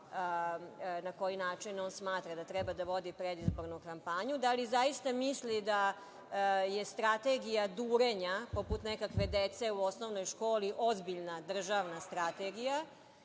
na koji način on smatra da treba da vodi predizbornu kampanju? Da li zaista mislim da je strategija durenja, poput nekakve dece u osnovnoj školi, ozbiljna državna strategija?